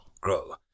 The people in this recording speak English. grow